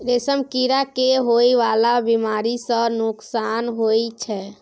रेशम कीड़ा के होए वाला बेमारी सँ नुकसान होइ छै